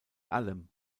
allem